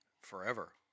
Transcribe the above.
Forever